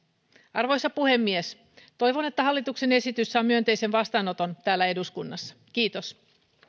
arvoisa puhemies toivon että hallituksen esitys saa myönteisen vastaanoton täällä eduskunnassa kiitos